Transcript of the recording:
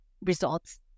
results